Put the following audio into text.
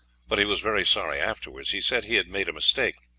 but he was very sorry afterwards he said he had made a mistake.